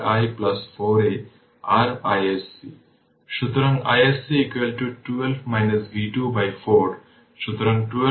সুতরাং এটি একটি সার্কিটের জন্য একটি সাধারণ উদাহরণ যা সার্কিটের দিকে তাকানোর মতো কিছুই নেই